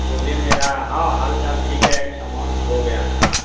बोलिए मेरा हाँ हाल चाल ठीक है सामान खो गया था